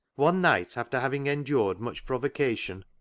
one night, after having endured much provocation,